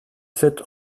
sept